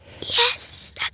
Yes